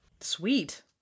Sweet